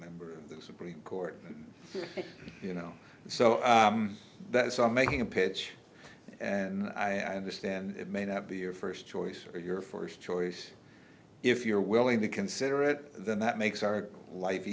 the supreme court you know so that's i'm making a pitch and i understand it may not be your first choice or your first choice if you're willing to consider it then that makes our life